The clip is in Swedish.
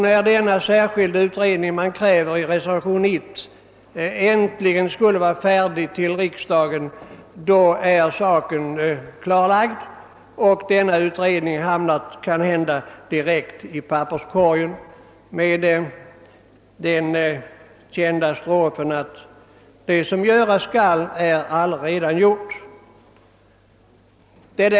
När denna särskilda utredning, som man kräver i reservationen 1, äntligen skulle vara färdig att föreläggas riksdagen, är denna fråga redan löst, och utredningen hamnar måhända direkt i papperskorgen med den kända raden: Vad göras skall är allaredan gjort.